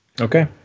Okay